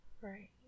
Right